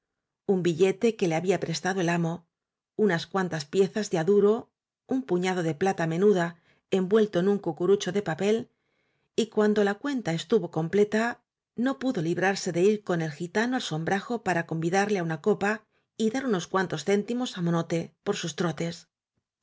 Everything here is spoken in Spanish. un billete que le había pres tado el amo unas cuantas piezas de á duro un puñado de plata menuda envuelta en un cucurucho de papel y cuando la cuenta estu vo completa no pudo librarse de ir con el gi tano al sombrajo para convidarle á una copa y dar unos cuantos céntimos á monote por sus trotes